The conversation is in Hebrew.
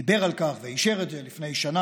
כבר דיבר על כך ואישר את זה לפני שנה,